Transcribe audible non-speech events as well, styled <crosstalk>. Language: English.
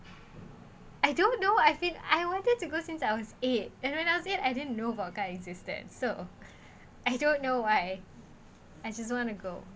I don't know I think I wanted to go since I was eight and when I say I didn't know about it exists that so <breath> I don't know why I just want to go